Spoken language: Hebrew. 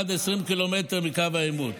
עד 20 ק"מ מקו העימות.